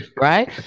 Right